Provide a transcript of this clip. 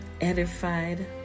edified